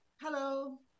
Hello